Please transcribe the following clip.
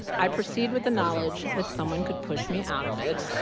i proceed with the knowledge that someone could push me out of it